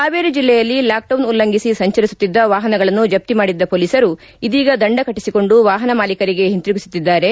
ಹಾವೇರಿ ಜಿಲ್ಲೆಯಲ್ಲಿ ಲಾಕ್ಡೌನ್ ಉಲ್ಲಂಘಿಸಿ ಸಂಚರಿಸುತ್ತಿದ್ದ ವಾಹನಗಳನ್ನು ಜಪ್ತಿ ಮಾಡಿದ್ದ ಪೊಲೀಸರು ಇದೀಗ ದಂಡ ಕಟ್ಟಿಸಿಕೊಂಡು ವಾಹನ ಮಾಲೀಕರಿಗೆ ಹಿಂತಿರುಗಿಸುತ್ತಿದ್ದಾರೆ